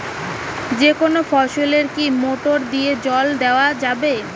যেকোনো ফসলে কি মোটর দিয়া জল দেওয়া যাবে?